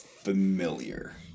familiar